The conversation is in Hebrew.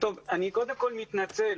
אני קודם כל מתנצל,